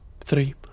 three